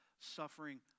suffering